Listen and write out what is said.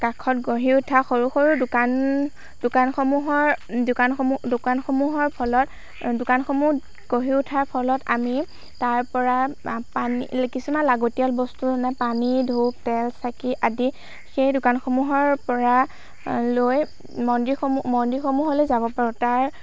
কাষত গঢ়ি উঠা সৰু সৰু দোকান দোকানসমূহৰ দোকানসমূহ দোকানসমূহৰ ফলত দোকানসমূহ গঢ়ি উঠাৰ ফলত আমি তাৰ পৰা পানী কিছুমান লাগতিয়াল বস্তু যেনে পানী ধূপ তেল চাকি আদি সেই দোকানসমূহৰ পৰা লৈ মন্দিৰসমূহ মন্দিৰসমূহলৈ যাব পাৰোঁ তাৰ